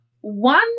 one